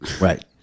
Right